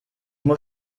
muss